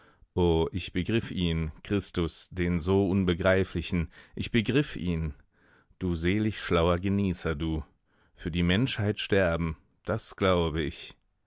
ich begriff ihn christus den so unbegreiflichen ich begriff ihn du selig schlauer genießer du für die menschheit sterben das glaube ich